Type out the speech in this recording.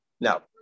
Now